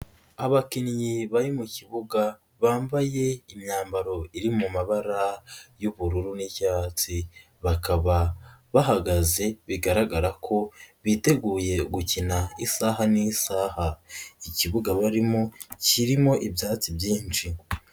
Abakinnyi bari mu kibuga bambaye imyambaro iri mu mabara y'ubururu n'icyatsi, bakaba bahagaze bigaragara ko biteguye gukina isaha n'isaha, ikibuga barimo kirimo ibyatsi byinshi.